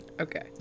Okay